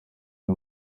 nta